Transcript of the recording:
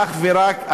אך ורק,